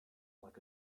like